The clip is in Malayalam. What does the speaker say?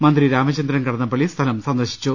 മന്ത്രി രാമചന്ദ്രൻകടന്നപ്പളളി സ്ഥലം സന്ദർശിച്ചു